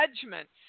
judgments